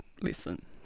listen